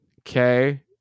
Okay